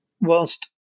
Whilst